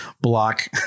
block